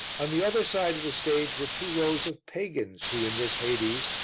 on the other side of the stage were two rows of pagans who in this hades,